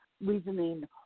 reasoning